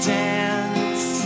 dance